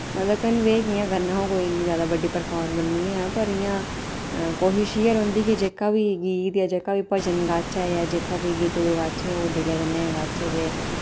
मतलब कनवे कि'यां करना अ'ऊं कोई इन्नी जैदा बड्डी परफार्मर निं ऐ पर इ'यां कोशिश इ'यै रौंह्दी कि जेह्का बी गीत जा जेह्का बी भजन गाह्चै जां जेह्का बी गीतड़ू गाह्चै ओह् दिलै कन्नै गाह्चै ते